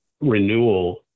renewal